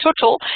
total